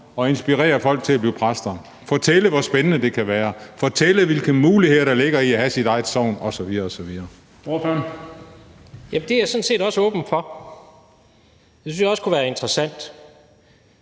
og inspirere folk til at blive præster – fortælle, hvor spændende det kan være, fortælle, hvilke muligheder der ligger i at have sit eget sogn osv. osv. Kl. 15:05 Den fg. formand (Bent Bøgsted): Ordføreren.